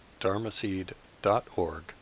dharmaseed.org